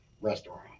restaurant